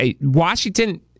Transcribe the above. Washington